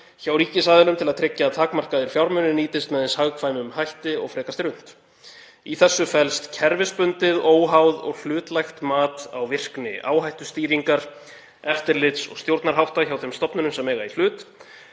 hjá ríkisaðilum til að tryggja að takmarkaðir fjármunir nýtist með eins hagkvæmum hætti og frekast er unnt. Í þessu felst kerfisbundið, óháð og hlutlægt mat á virkni áhættustýringar, eftirlits og stjórnarhátta hjá þeim stofnunum sem eiga í hlut.